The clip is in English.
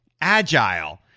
agile